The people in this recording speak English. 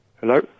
Hello